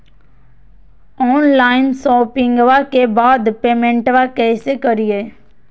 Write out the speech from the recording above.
Online शोपिंग्बा के बाद पेमेंटबा कैसे करीय?